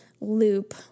loop